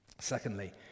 Secondly